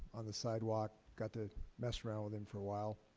on the sidewalk, got to mess around with him for a while.